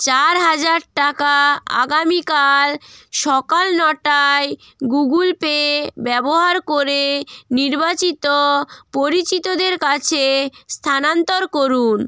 চার হাজার টাকা আগামীকাল সকাল নটায় গুগল পে ব্যবহার করে নির্বাচিত পরিচিতদের কাছে স্থানান্তর করুন